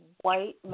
white